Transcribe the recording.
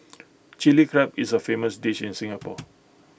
Chilli Crab is A famous dish in Singapore